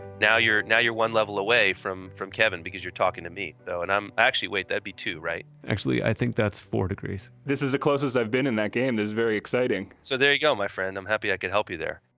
now you're now you're one level away from from kevin because you're talking to me, though and i'm actually wait that'd be two, right? actually, i think that's four degrees this is the closest i've been in that game, it's very exciting! so there you go, my friend. i'm happy i can help you there.